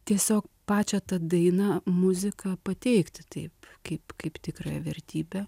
tiesiog pačią tą dainą muziką pateikti taip kaip kaip tikrąją vertybę